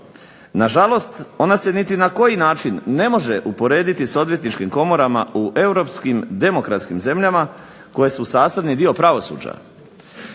Na žalost, ona se niti na koji način ne može uporediti sa odvjetničkim komorama u europskim demokratskim zemljama koje su sastavni dio pravosuđa.